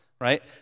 right